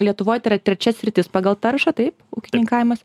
lietuvoj tai yra trečia sritis pagal taršą tai ūkininkavimas